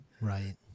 right